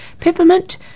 Peppermint